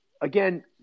again